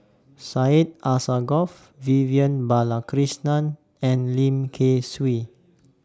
Syed Alsagoff Vivian Balakrishnan and Lim Kay Siu